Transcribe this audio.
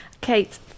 Kate